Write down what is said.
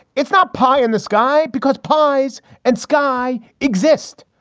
it's not pie in the sky because pies and sky exist.